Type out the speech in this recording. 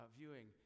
viewing